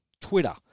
Twitter